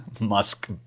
Musk